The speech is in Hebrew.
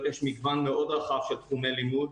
יש מגוון מאוד רחב של תחומי לימוד.